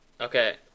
okay